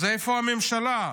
אז איפה הממשלה?